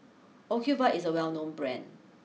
Ocuvite is a well known Brand